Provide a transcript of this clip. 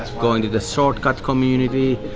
going to the shortcut community.